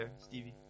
Stevie